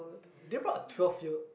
a twelve year